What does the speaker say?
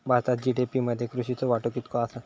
भारतात जी.डी.पी मध्ये कृषीचो वाटो कितको आसा?